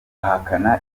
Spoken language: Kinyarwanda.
ahakana